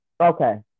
Okay